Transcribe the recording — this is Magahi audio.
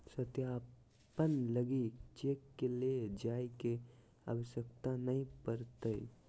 सत्यापन लगी चेक के ले जाय के आवश्यकता नय पड़तय